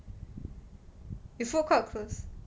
if food court close